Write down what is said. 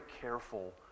careful